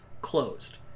closed